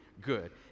good